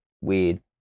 weird